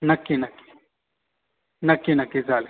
नक्की नक्की नक्की नक्की चालेल